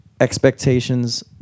expectations